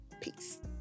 Peace